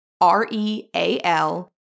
R-E-A-L